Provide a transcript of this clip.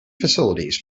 facilities